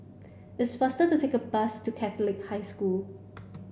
it's faster to take a bus to Catholic High School